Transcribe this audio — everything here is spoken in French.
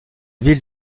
ville